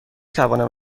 توانم